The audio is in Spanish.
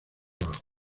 abajo